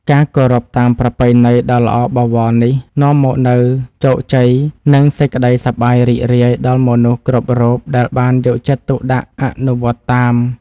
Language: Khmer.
ការគោរពតាមប្រពៃណីដ៏ល្អបវរនេះនាំមកនូវជោគជ័យ និងសេចក្តីសប្បាយរីករាយដល់មនុស្សគ្រប់រូបដែលបានយកចិត្តទុកដាក់អនុវត្តតាម។